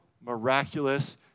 miraculous